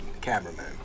cameraman